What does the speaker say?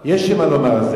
יש לך מה לומר.